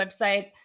website